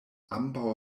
ambaŭ